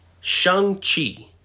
Shang-Chi